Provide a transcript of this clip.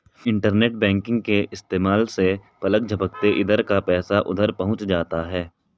internet banking के इस्तेमाल से पलक झपकते इधर का पैसा उधर पहुँच जाता है